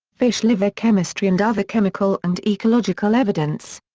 fish liver chemistry and other chemical and ecological evidence.